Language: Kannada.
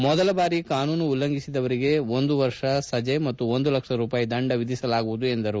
ಮೊದಲ ಬಾರಿ ಕಾನೂನು ಉಲ್ಲಂಘಿಸಿದವರಿಗೆ ಒಂದು ವರ್ಷ ಸಜೆ ಮತ್ತು ಒಂದು ಲಕ್ಷ ರೂಪಾಯಿ ದಂಡ ವಿಧಿಸಲಾಗುವುದು ಎಂದು ತಿಳಿಸಿದರು